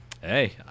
hey